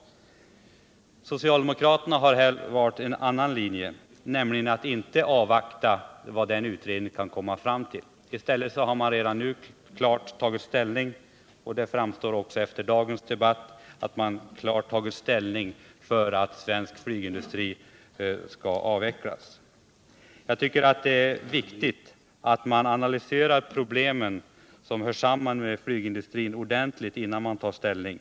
Socialdemokraterna har här valt en annan linje, nämligen att inte avvakta resultatet av utredningen. Man har redan nu klart tagit ställning för att svensk flygindustri skall avvecklas, vilket också har framgått av dagens debatt. Jag tycker emellertid att det är viktigt att man ordentligt analyserar de problem som hänger samman med flygindustrin innan man tar ställning.